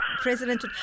President